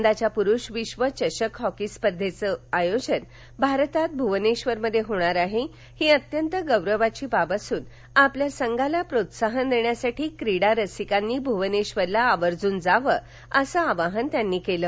यंदाच्या पुरूष विश्व चषक हॉकी स्पर्धेचं आयोजन भारतात भुवनेश्वरमध्ये होणार आहे ही अत्यंत गौरवाची बाब असून आपल्या संघाला प्रोत्साहन देण्यासाठी क्रीडारसिकांनी भूवनेश्वरला आवर्जून जावं असं आवाहन त्यांनी केलं